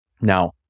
Now